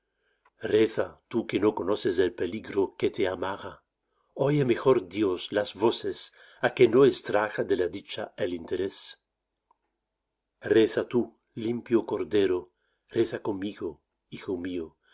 reza tú que no conoces el peligro que te amaga oye mejor dios las voces á que no estraga de la dicha el interés reza tú limpio cordero reza conmigo hijo mío